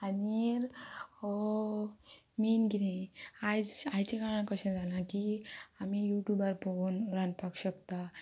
आनी मेन कितें आयज आयचे काळान कशें जालां की आमी युट्यूबार पळोवन रांदपाक शकतां